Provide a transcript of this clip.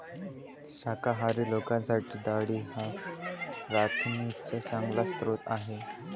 शाकाहारी लोकांसाठी डाळी हा प्रथिनांचा चांगला स्रोत आहे